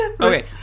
Okay